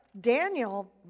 Daniel